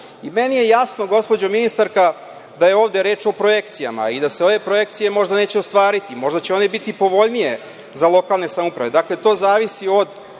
je jasno, gospođo ministarka, da je ovde reč o projekcijama i da se ove projekcije možda neće ostvariti, možda će one biti povoljnije za lokalne samouprave, dakle, to zavisi od